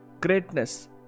greatness